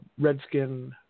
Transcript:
Redskin